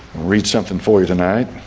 read something for you tonight?